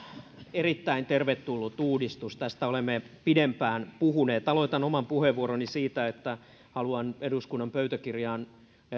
erittäin tervetullut uudistus tästä olemme pidempään puhuneet aloitan oman puheenvuoroni siitä että haluan eduskunnan pöytäkirjaan